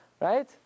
Right